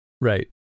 right